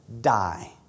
die